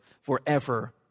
forever